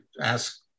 ask